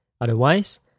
Otherwise